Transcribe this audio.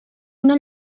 una